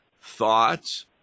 thoughts